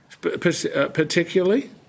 particularly